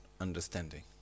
understanding